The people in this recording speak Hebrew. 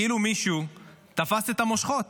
כאילו מישהו תפס את המושכות.